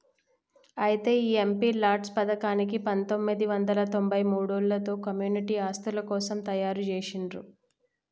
అయితే ఈ MP LADS పథకాన్ని పందొమ్మిది వందల తొంభై మూడులలో కమ్యూనిటీ ఆస్తుల కోసం తయారు జేసిర్రు